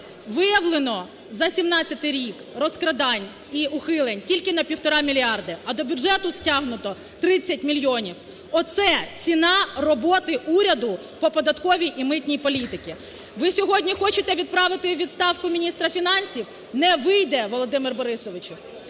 виявлено за 17-й рік розкрадань і ухилень тільки на півтора мільярди, а до бюджету стягнуто 30 мільйонів. Оце ціна роботи уряду по податковій і митній політиці. Ви сьогодні хочете відправити у відставку міністра фінансів? Не вийде, Володимире Борисовичу.